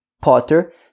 Potter